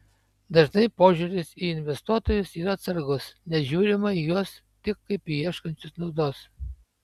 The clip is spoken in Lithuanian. dažnai požiūris į investuotojus yra atsargus nes žiūrima į juos tik kaip į ieškančius naudos